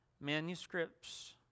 manuscripts